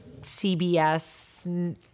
CBS